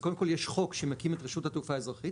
זה קודם כל יש חוק שמקים את רשות התעופה האזרחית,